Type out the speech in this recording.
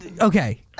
Okay